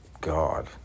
god